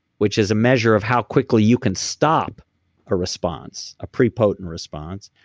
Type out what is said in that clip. which is a measure of how quickly you can stop a response, a prepotent response,